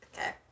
Okay